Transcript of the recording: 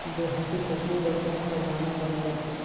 देहाती कुकरी बर कौन सा दाना बने रथे?